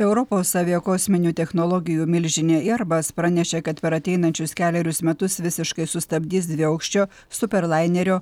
europos aviakosminių technologijų milžinė eirbas pranešė kad per ateinančius kelerius metus visiškai sustabdys dviaukščio super lainerio